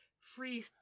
free